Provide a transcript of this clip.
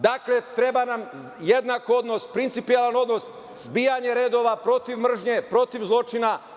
Dakle, treba nam jednak odnos, principijelan odnos, zbijanje redova protiv mržnje, protiv zločina.